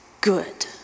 good